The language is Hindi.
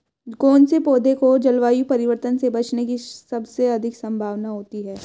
कौन से पौधे को जलवायु परिवर्तन से बचने की सबसे अधिक संभावना होती है?